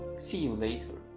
see you later.